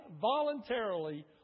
voluntarily